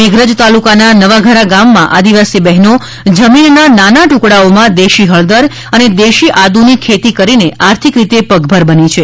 મેઘરજ તાલુકાના નવાઘરા ગામમાં આદિવાસી બહેનો જમીનના નાના ટુકડાઓમાં દેશી હળદર અને દેશી આદુની ખેતીકરીને આર્થિક રીતે પગભર બની છે